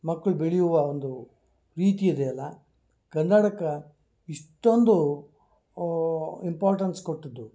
ಮಕ್ಕಳು ಬೆಳೆಯುವ ಒಂದು ರೀತಿ ಇದೆ ಅಲ್ಲ ಕನ್ನಡಕ್ಕೆ ಇಷ್ಟೊಂದು ಇಂಪಾರ್ಟನ್ಸ್ ಕೊಟ್ಟಿದ್ದು